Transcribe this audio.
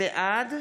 בעד